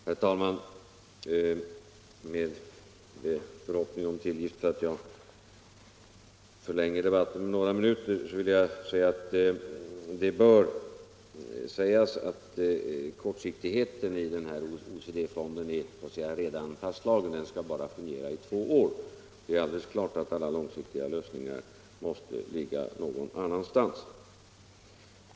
Herr talman! Med förhoppning om tillgift för att jag förlänger debatten med några minuter vill jag framhålla att kortsiktigheten i den här OECD fonden redan är fastlagd. Den skall bara fungera i två år. Det är alldeles klart att alla långsiktiga lösningar måste ligga någon annanstans.